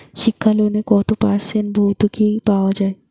শিক্ষা লোনে কত পার্সেন্ট ভূর্তুকি পাওয়া য়ায়?